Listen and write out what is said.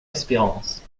espérance